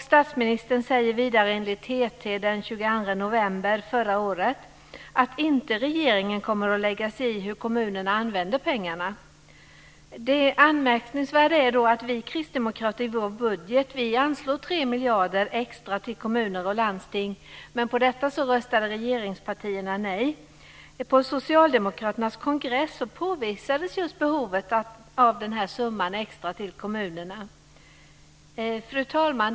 Statsministern säger vidare enligt TT den 22 november förra året att regeringen inte kommer att lägga sig i hur kommunerna använder pengarna. Det anmärkningsvärda är att vi kristdemokrater i vår budget anvisar 3 miljarder extra till kommuner och landsting men att regeringspartierna röstat nej till detta. På socialdemokraternas kongress påvisades just behovet av denna extra summa till kommunerna. Fru talman!